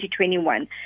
2021